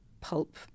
pulp